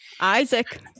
Isaac